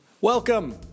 Welcome